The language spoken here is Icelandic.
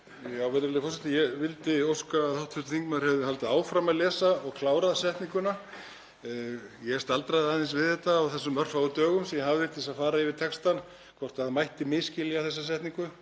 Virðulegur forseti. Ég vildi óska að hv. þingmaður hefði haldið áfram að lesa og klárað setninguna. Ég staldraði aðeins við þetta á þessum örfáu dögum sem ég hafði til þess að fara yfir textann, hvort það mætti misskilja þessa setningu